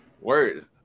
Word